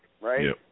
right